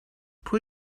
pwy